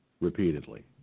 repeatedly